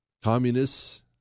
Communists